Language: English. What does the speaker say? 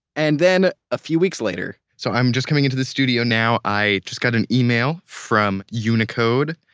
and then a few weeks later, so i'm just coming into the studio now. i just got an email from unicode.